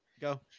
go